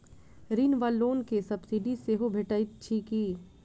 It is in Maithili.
ऋण वा लोन केँ सब्सिडी सेहो भेटइत अछि की?